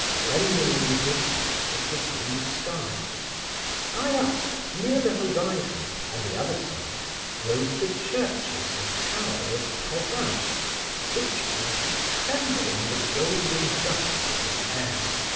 blending in the distance with the blue sky high up, near the horizon, on the other side rose the churches and tower of provins which seemed to tremble in the golden dust of the air.